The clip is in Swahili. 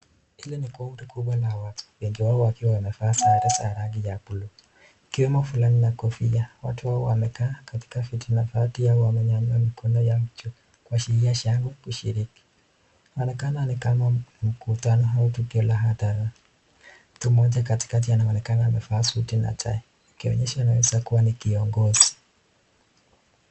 Hili ni kundi kubwa la watu, wengine wao wakiwa wamevaa sare za rangi ya buluu, ikiwemo fulana na kofia, watu hawa wamekaa katika viti na baadhi yao wamenyanyua mikono yao juu, kuashiria shangwe kushiriki. Inaonekana ni kama kuna mkutano au tukio la hadhara, mtu mmoja katikati anaonekana amevaa suti na tai, ikionyesha anaweza kuwa ni kiongozi.